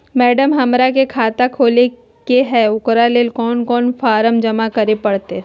Madam, हमरा के खाता खोले के है उकरा ले कौन कौन फारम जमा करे परते?